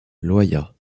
loyat